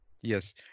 Yes